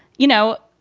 you know,